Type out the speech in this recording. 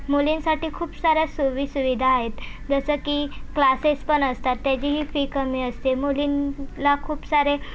मुलींसाठी खूप साऱ्या सोईसुविधा आहेत जसं की क्लासेस पण असतात त्याचीही फी कमी असते मुलींना खूप सारे